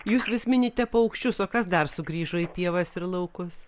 jūs vis minite paukščius o kas dar sugrįžo į pievas ir laukus